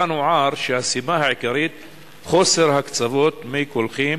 כאן הוער שהסיבה העיקרית היא חוסר הקצבות מי קולחין